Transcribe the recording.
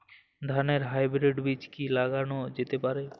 ধানের হাইব্রীড বীজ কি লাগানো যেতে পারে?